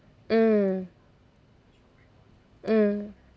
mm mm